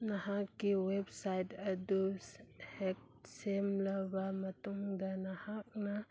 ꯅꯍꯥꯛꯀꯤ ꯋꯦꯕꯁꯥꯏꯠ ꯑꯗꯨ ꯍꯦꯛ ꯁꯦꯝꯂꯕ ꯃꯇꯨꯡꯗ ꯅꯍꯥꯛꯅ